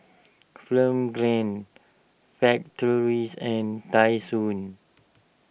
Film Grade Factories and Tai Sun